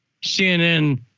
CNN